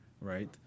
right